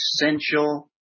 essential